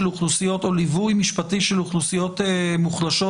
אוכלוסיות או ליווי משפטי של אוכלוסיות מוחלשות,